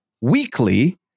weekly